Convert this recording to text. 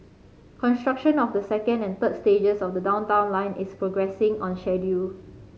construction of the second and third stages of the Downtown Line is progressing on schedule